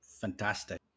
Fantastic